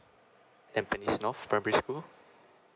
tampines north primary school